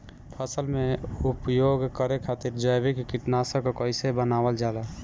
फसल में उपयोग करे खातिर जैविक कीटनाशक कइसे बनावल जाला?